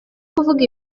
kuvuga